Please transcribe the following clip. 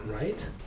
Right